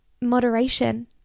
moderation